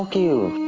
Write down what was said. you.